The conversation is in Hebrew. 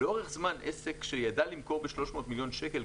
לאורך זמן עסק שידע למכור ב-300 מיליון שקל,